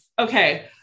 Okay